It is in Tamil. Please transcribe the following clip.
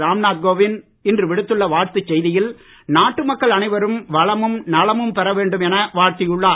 ராம்நாத் கோவிந்த் இன்று விடுத்துள்ள வாழ்த்துச் செய்தியில் நாட்டு மக்கள் அனைவரும் வளமும் நலமும் பெற வேண்டும் என வாழ்த்தியுள்ளார்